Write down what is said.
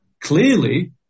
Clearly